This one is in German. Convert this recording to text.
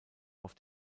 auf